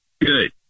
Good